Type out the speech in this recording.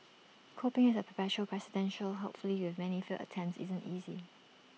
coping as A perpetual presidential hopefully with many failed attempts isn't easy